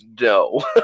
No